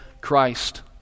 Christ